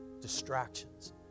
Distractions